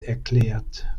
erklärt